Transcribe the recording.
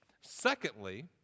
secondly